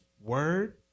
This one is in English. word